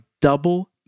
double